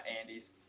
Andy's